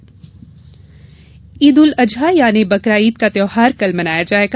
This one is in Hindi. ईद ईद उल अजहा यानी बकरा ईद का त्यौहार कल मनाया जायेगा